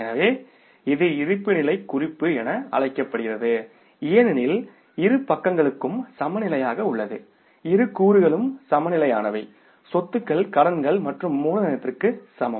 எனவே இது இருப்புநிலை குறிப்பு என அழைக்கப்படுகிறது ஏனெனில் இரு பக்கங்களும் சமநிலையாக உள்ளது இரு கூறுகளும் சமநிலையானவை சொத்துக்கள் கடன்கள் மற்றும் மூலதனத்திற்கு சமம்